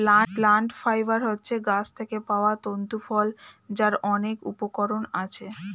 plant fibre হচ্ছে গাছ থেকে পাওয়া তন্তু ফল যার অনেক উপকরণ আছে